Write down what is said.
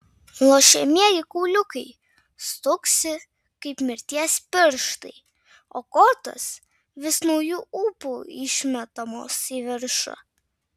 lošiamieji kauliukai stuksi kaip mirties pirštai o kortos vis nauju ūpu išmetamos į viršų